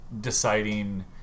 deciding